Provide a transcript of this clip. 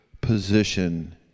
position